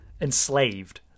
enslaved